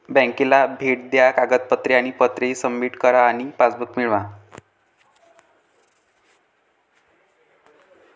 बँकेला भेट द्या कागदपत्रे आणि पत्रे सबमिट करा आणि पासबुक मिळवा